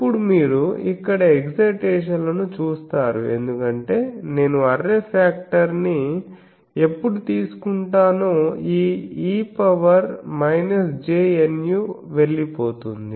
ఇప్పుడు మీరు ఇక్కడ ఎక్సైటేషన్లను చూస్తారు ఎందుకంటే నేను అర్రే ఫాక్టర్ ని ఎప్పుడు తీసుకుంటానో ఈ e jNu వెళ్లిపోతుంది